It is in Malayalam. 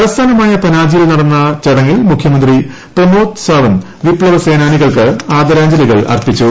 തലസ്ഥാനമായ പനാജിയിൽ നടന്ന ചടങ്ങിൽ മുഖ്യമന്ത്രി പ്രമോദ് സാവന്ദ് വിപ്ലവസേനാനികൾക്ക് ആദരാജ്ഞലികൾ അർപ്പിച്ചു